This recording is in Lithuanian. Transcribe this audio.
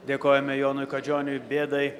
dėkojame jonui kadžioniui bėdai